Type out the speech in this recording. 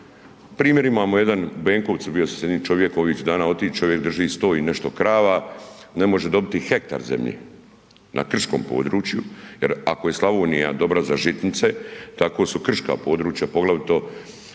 Primjer imamo jedan u Benkovcu, bio sam s jednim čovjekom ovih dana, .../Govornik se ne razumije./... čovjek drži 100 i nešto krava, ne može dobiti hektar zemlje na krškom području jer ako je Slavonija dobra za žitnice, tako su krška područja poglavito